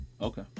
Okay